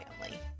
family